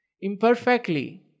imperfectly